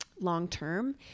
long-term